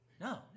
No